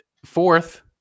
Fourth